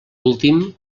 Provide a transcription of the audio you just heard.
últim